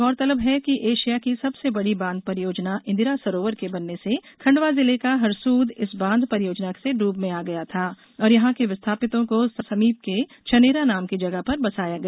गौरतलब है कि एशिया की सबसे बड़ी बांध परियोजना इंदिरा सरोवर के बनने से खंडवा जिले का हरसूद इस बांध परियोजना से डूब में आ गया था और यहां के विस्थापितों को समीप के छनेरा नाम की जगह पर बसाया गया